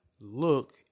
look